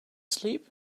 sleep